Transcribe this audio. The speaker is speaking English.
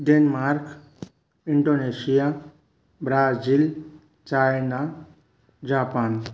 Denmark Indonesia Brazil China Japan